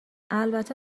البته